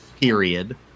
period